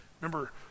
Remember